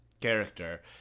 character